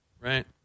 right